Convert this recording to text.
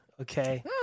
okay